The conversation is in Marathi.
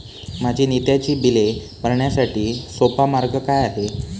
माझी नित्याची बिले भरण्यासाठी सोपा मार्ग काय आहे?